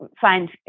find